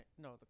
no